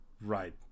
Right